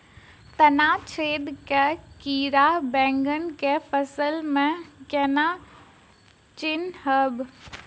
तना छेदक कीड़ा बैंगन केँ फसल म केना चिनहब?